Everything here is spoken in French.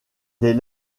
des